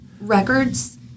records